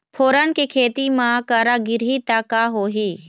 फोरन के खेती म करा गिरही त का होही?